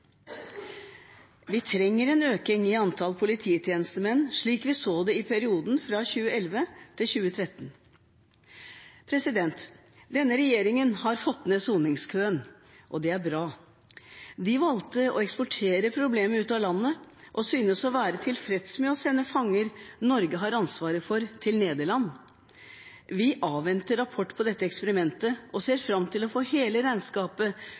Vi trenger en økning i antall polititjenestemenn, slik vi så det i perioden 2011–2013. Denne regjeringen har fått ned soningskøen, og det er bra. De valgte å eksportere problemet ut av landet og synes å være tilfreds med å sende fanger Norge har ansvaret for, til Nederland. Vi avventer rapport på dette eksperimentet, og ser fram til å få hele regnskapet